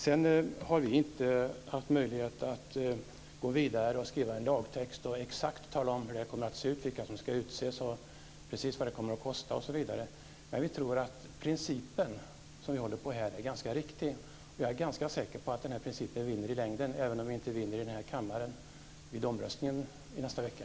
Vi har inte haft möjlighet att gå vidare och skriva en lagtext och exakt tala om hur det kommer att se ut, vilka som ska utses, precis vad det kommer att kosta osv. Men vi tror att den här principen är ganska riktig. Jag är ganska säker på att den här principen vinner i längden, även om vi inte vinner här i kammaren vid omröstningen i nästa vecka.